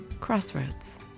Crossroads